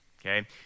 okay